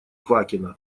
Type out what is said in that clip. квакина